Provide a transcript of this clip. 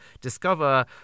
discover